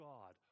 God